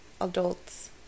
adults